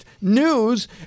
news